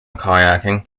kayaking